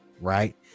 right